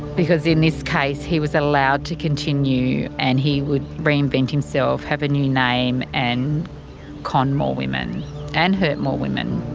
because in this case he was allowed to continue and he would chain reinvent himself, have a new name and con more women and hurt more women.